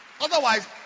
Otherwise